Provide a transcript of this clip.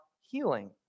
healing